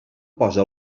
posa